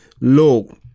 low